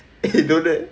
eh don't that